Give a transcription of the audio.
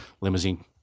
limousine